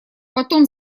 потом